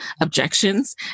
objections